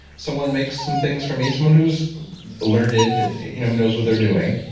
someone makes some things for me, someone who's learned and you know knows what they're doing,